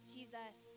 Jesus